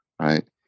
right